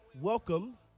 Welcome